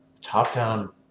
top-down